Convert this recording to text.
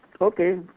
Okay